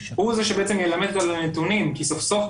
הוא זה שבעצם ילמד אותנו על הנתונים כי סוף סוף,